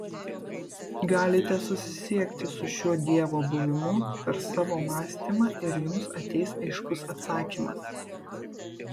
galite susisiekti su šiuo dievo buvimu per savo mąstymą ir jums ateis aiškus atsakymas